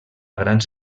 grans